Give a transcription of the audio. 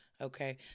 okay